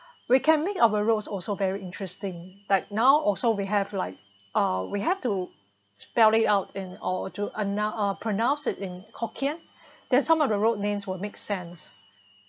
we can make our roads also very interesting like now also we have like uh we have to spell it out in or to announ~ uh pronounced it in hokkien then some of the road names would make sense